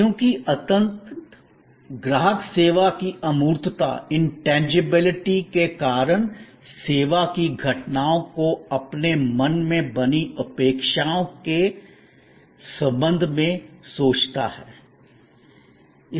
क्योंकि अंतत ग्राहक सेवा की अमूर्तता इनटेंजेबिलिटी के कारण सेवा की घटनाओं को अपने मन में बनी अपेक्षाओं के संबंध में सोचता है